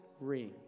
ring